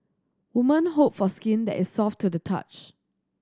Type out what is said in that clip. woman hope for skin that is soft to the touch